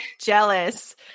jealous